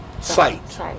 site